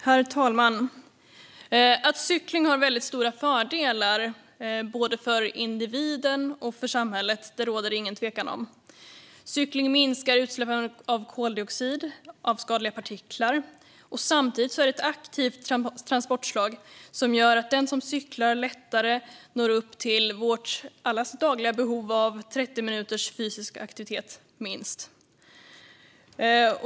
Herr talman! Att cykling har väldigt stora fördelar både för individen och för samhället råder det ingen tvekan om. Cykling minskar utsläppen av koldioxid och skadliga partiklar. Samtidigt är det ett aktivt transportslag. Den som cyklar når lättare upp till allas vårt dagliga behov av minst 30 minuters fysisk aktivitet.